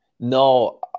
No